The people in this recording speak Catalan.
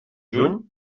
juny